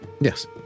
yes